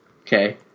Okay